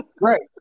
Right